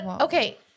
okay